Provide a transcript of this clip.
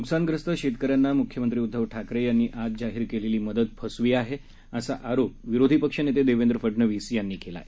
नुकसानग्रस्त शेतकऱ्यांना मुख्यमंत्री उद्धव ठाकरे यांनी आज जाहीर केलेली मदत फसवी आहे असा आरोप विरोधीपक्षनेते देवेंद्र फडणवीस यांनी केला आहे